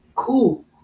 cool